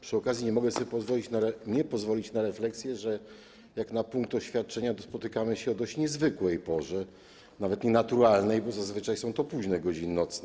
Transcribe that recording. Przy okazji nie mogę sobie nie pozwolić na refleksję, że jak na punkt: oświadczenia, to spotykamy się o dość niezwykłej porze, nawet nienaturalnej, bo zazwyczaj są to późne godziny nocne.